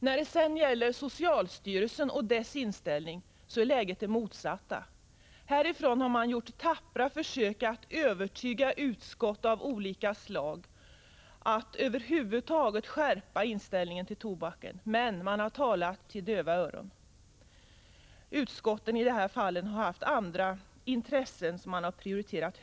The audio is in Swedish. När det gäller socialstyrelsen och dess inställning är läget det motsatta. Därifrån har man gjort tappra försök att övertyga utskott av olika slag om att skärpa inställningen till tobaken. Men man har talat för döva öron. Utskotten har i de här fallen haft andra intressen, som man har prioriterat.